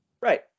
Right